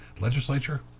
Legislature